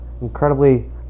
incredibly